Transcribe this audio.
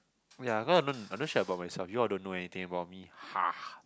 ya cause I don't I don't share about myself you all don't know anything about me